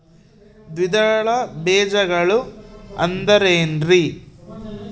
ದ್ವಿದಳ ಬೇಜಗಳು ಅಂದರೇನ್ರಿ?